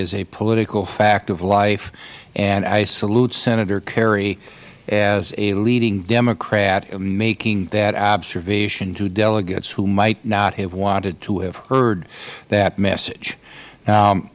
is a political fact of life and i salute senator kerry as a leading democrat in making that observation to delegates who might not have wanted to have heard that message